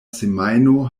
semajno